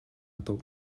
одов